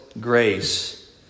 grace